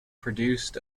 produces